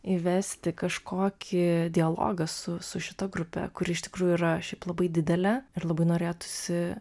įvesti kažkokį dialogą su su šita grupe kuri iš tikrųjų yra šiaip labai didelė ir labai norėtųsi